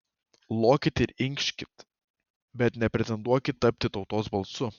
lokit ir inkškit bet nepretenduokit tapti tautos balsu